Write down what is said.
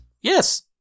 Yes